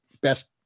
best